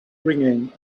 ringing